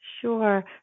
Sure